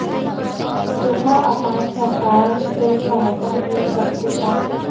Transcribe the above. सुखा अकाल सरकार से सहायता मिल सकथे का?